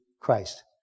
Christ